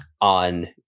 on